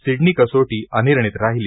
Sydney कसोटी अनिर्णित राहिली